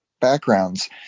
backgrounds